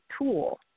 tool